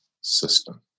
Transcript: system